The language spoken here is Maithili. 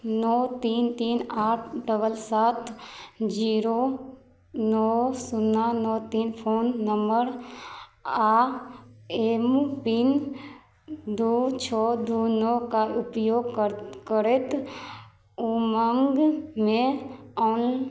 नओ तीन तीन आठ डबल सात जीरो नओ शून्ना नओ तीन फोन नंबर आओर एम पिन दू छओ दू नओ का उपयोग करय करैत उमङ्गमे ऑन